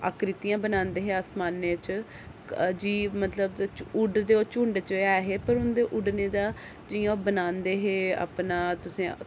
आकृतियां बनांदे हे आसमाने च जी मतलब उड़दे झुण्ड ऐ हे ते उंदे उड़ने दा जियां बनांदे हे अपना तुसें